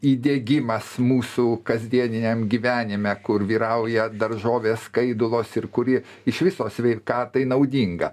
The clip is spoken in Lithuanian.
įdiegimas mūsų kasdieniniam gyvenime kur vyrauja daržovės skaidulos ir kuri iš viso sveikatai naudinga